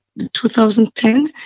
2010